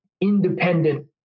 independent